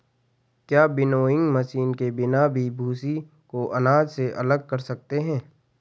क्या winnowing machine के बिना भी भूसी को अनाज से अलग कर सकते हैं?